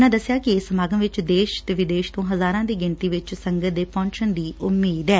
ਉਨ੍ਹਾਂ ਦੱਸਿਆ ਕਿ ਇਸ ਸਮਾਗਮ ਵਿੱਚ ਦੇਸ਼ ਵਿਦੇਸ਼ ਤੋ ਹਜ਼ਾਰਾਂ ਦੀ ਗਿਣਤੀ ਵਿੱਚ ਸੰਗਤ ਦੇ ਪਹੁੰਚਣ ਦੀ ਉਮੀਦ ਐ